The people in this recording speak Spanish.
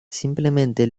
simplemente